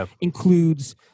includes